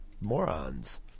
morons